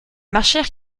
marchèrent